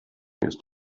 ist